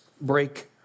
break